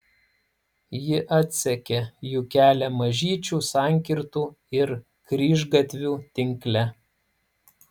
ji atsekė jų kelią mažyčių sankirtų ir kryžgatvių tinkle